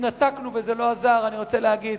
התנתקנו וזה לא עזר, אני רוצה להגיד,